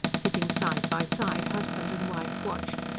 sitting side by side husband and wife watched,